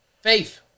Faith